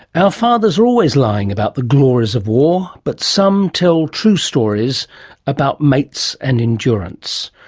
our fathers are always lying about the glories of war, but some tell true stories about mates and endurance.